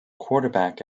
quarterback